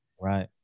Right